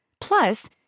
Plus